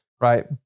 right